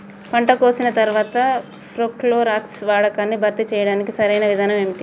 పంట కోసిన తర్వాత ప్రోక్లోరాక్స్ వాడకాన్ని భర్తీ చేయడానికి సరియైన విధానం ఏమిటి?